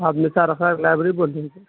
آپ نثار اسرار لائبریری سے بول رہے ہیں کیا